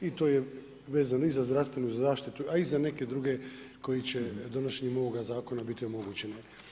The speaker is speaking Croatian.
I to je vezano i za zdravstvenu zaštitu a i za neke druge koje će donošenjem ovoga zakona biti omogućene.